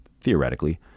theoretically